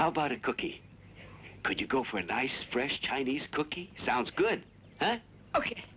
about a cookie could you go for a nice fresh chinese cookie sounds good ok